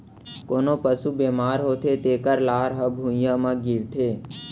कोनों पसु बेमार होथे तेकर लार ह भुइयां म गिरथे